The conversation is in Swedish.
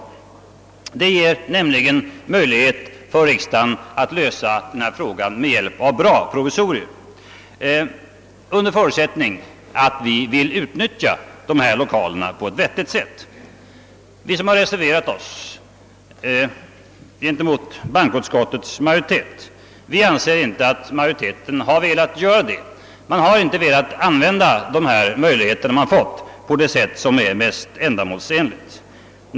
Under förutsätt ning av att vi vill utnyttja dessa lokaler på ett vettigt sätt ger de oss möjlighet att lösa lokalfrågorna med hjälp av goda provisorier. Vi som har reserverat oss gentemot bankoutskottets majoritet anser inte att majoriteten velat göra detta. Den har inte velat utnyttja de nya möjligheterna på det sätt som är mest ändamålsenligt.